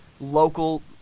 local